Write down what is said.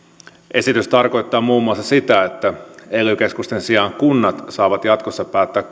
esitys tarkoittaa muun muassa sitä että ely keskusten sijaan kunnat saavat jatkossa päättää